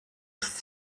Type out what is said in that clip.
ist